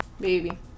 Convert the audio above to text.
Baby